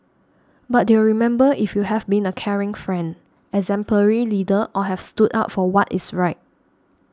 but they'll remember if you have been a caring friend exemplary leader or have stood up for what is right